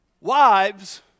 Wives